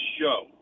show